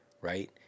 right